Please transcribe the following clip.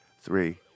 Three